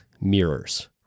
mirrors